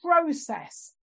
process